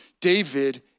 David